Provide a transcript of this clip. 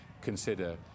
Consider